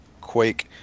Quake